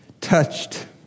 Touched